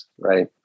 right